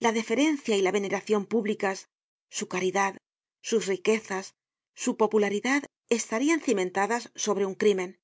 la deferencia y la veneracion públicas su caridad sus riquezas su popularidad estarian cimentadas sobre un crímen